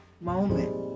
moment